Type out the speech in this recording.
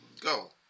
go